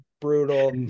brutal